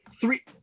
Three